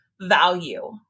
value